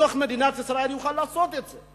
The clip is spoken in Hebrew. לתוך מדינת ישראל, יוכל לעשות את זה,